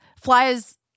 flies